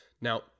Now